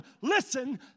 listen